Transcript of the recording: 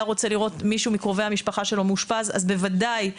רוצה לראות מישהו מקרובי המשפחה שלו מאושפז או מטופל,